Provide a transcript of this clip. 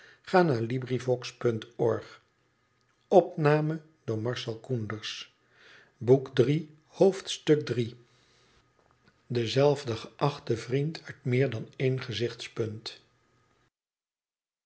vriend m dezelfde geachte vriend uit meer dan één gezichtspunt